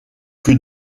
que